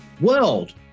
world